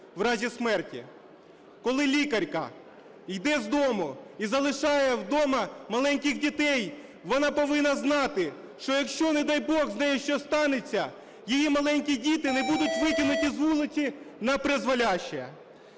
в разі смерті. Коли лікарка іде з дома і залишає вдома маленьких дітей, вона повинна знати, що якщо, не дай Бог, з нею щось станеться, її маленькі діти не будуть викинуті з вулиці напризволяще.